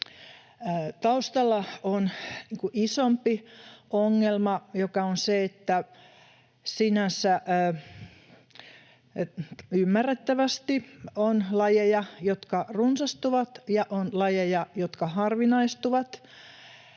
Taustalla on isompi ongelma, joka on se, että sinänsä ymmärrettävästi on lajeja, jotka runsastuvat, ja on lajeja,